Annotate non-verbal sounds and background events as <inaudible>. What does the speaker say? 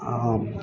<unintelligible>